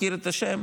מכיר את השם